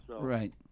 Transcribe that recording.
right